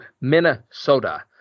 Minnesota